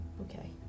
Okay